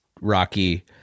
Rocky